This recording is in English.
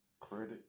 Credit